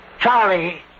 Charlie